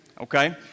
Okay